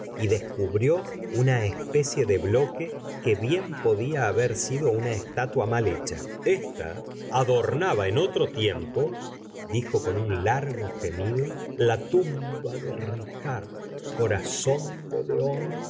y descubrió una especie de bloque que bien podía haber sido una estatua mal hecha esta adornaba en otro tiempo dijo con un largo gemido la tumba de ricardo corazón de l eón